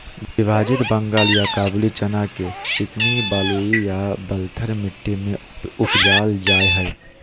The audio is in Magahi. विभाजित बंगाल या काबूली चना के चिकनी बलुई या बलथर मट्टी में उपजाल जाय हइ